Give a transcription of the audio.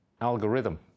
algorithm